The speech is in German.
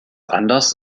anders